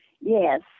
Yes